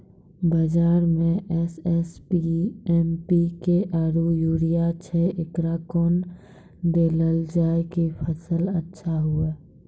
बाजार मे SSP, MPK आरु यूरिया छैय, एकरा कैना देलल जाय कि फसल अच्छा हुये?